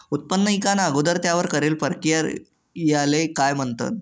उत्पन्न ईकाना अगोदर त्यावर करेल परकिरयाले काय म्हणतंस?